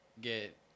get